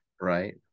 Right